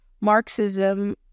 Marxism